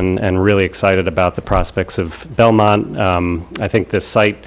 and really excited about the prospects of belmont i think this site